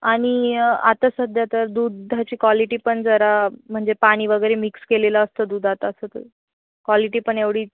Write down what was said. आणि आता सध्या तर दुधाची क्वालिटी पण जरा म्हणजे पाणी वगैरे मिक्स केलेलं असतं दुधात असं तर क्वालिटी पण एवढी